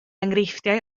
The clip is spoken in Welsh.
enghreifftiau